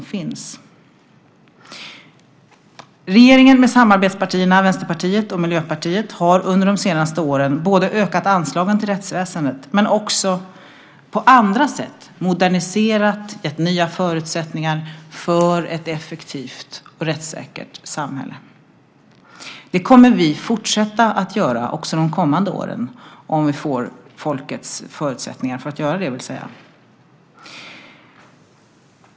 Regeringen tillsammans med samarbetspartierna, Vänsterpartiet och Miljöpartiet, har under de senaste åren ökat anslagen till rättsväsendet men också på andra sätt moderniserat och gett nya förutsättningar för ett effektivt och rättssäkert samhälle. Det kommer vi att fortsätta att göra också under de kommande åren - det vill säga om vi av folket får förutsättningar att göra det.